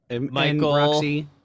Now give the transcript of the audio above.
Michael